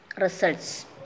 results